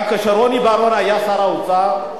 גם כשרוני בר-און היה שר האוצר,